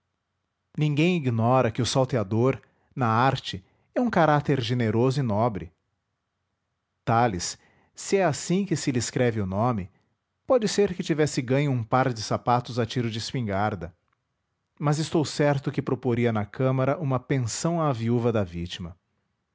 ninguém ignora que o salteador na arte é um caráter generoso e nobre talis se é assim que se lhe escreve o nome pode ser que tivesse ganho um par de sapatos a tiro de espingarda mas estou certo que proporia na câmara uma pensão à viúva da vítima